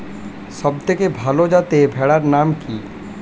সবথেকে ভালো যাতে ভেড়ার নাম কি?